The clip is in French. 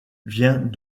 vient